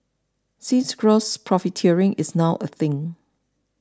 since gross profiteering is now a thing